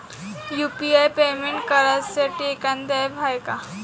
UPI payment करासाठी एखांद app हाय का?